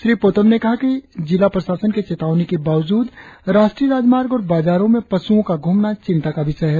श्री पोतोम ने कहा कि जिला जिला प्रशासन के चेतावनी के बावजूद राष्ट्रीय राजमार्ग और बाजारो में पशुओ का घूमना चिंता का विषय है